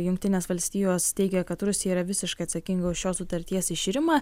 jungtinės valstijos teigia kad rusija yra visiškai atsakinga už šios sutarties iširimą